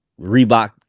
Reebok